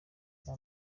bwa